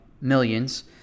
millions